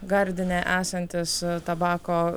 gardine esantis tabako